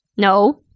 No